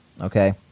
Okay